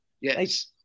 Yes